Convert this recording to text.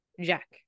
Jack